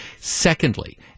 Secondly